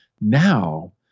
now